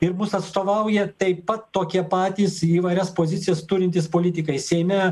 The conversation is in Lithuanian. ir mus atstovauja taip pat tokie patys įvairias pozicijas turintys politikai seime